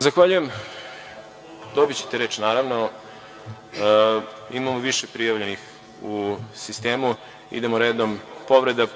Zahvaljujem. Dobićete reč, naravno. Imamo više prijavljenih u sistemu. Idemo redom.